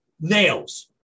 Nails